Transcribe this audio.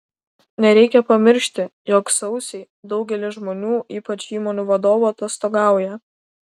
nereikia pamiršti jog sausį daugelis žmonių ypač įmonių vadovų atostogauja